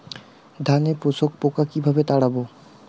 ধানে শোষক পোকা কিভাবে তাড়াব?